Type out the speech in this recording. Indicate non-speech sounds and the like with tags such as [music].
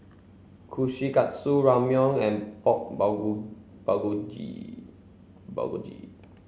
Kushikatsu Ramyeon and Pork [unintelligible] Bulgogi Bulgogi